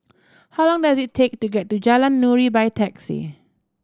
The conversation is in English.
how long does it take to get to Jalan Nuri by taxi